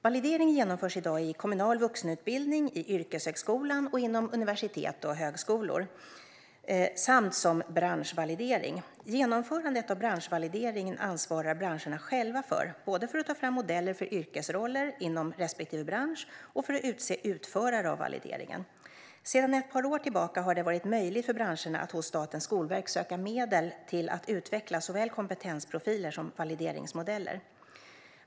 Validering genomförs i dag i kommunal vuxenutbildning, i yrkeshögskolan och inom universitet och högskolor samt som branschvalidering. Genomförandet av branschvalidering ansvarar branscherna själva för, både för att ta fram modeller för yrkesroller inom respektive bransch och för att utse utförare av valideringen. Sedan ett par år tillbaka har det varit möjligt för branscherna att hos Statens skolverk söka medel till att utveckla såväl kompetensprofiler som valideringsmodeller.